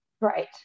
Right